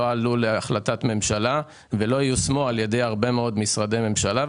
לא עלו להחלטת ממשלה וגם לא יושמו על ידי הרבה מאוד משרדי ממשלה.